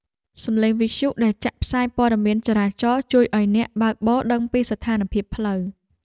សំឡេងវិទ្យុដែលចាក់ផ្សាយព័ត៌មានចរាចរណ៍ជួយឱ្យអ្នកបើកបរដឹងពីស្ថានភាពផ្លូវ។